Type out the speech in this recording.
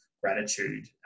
gratitude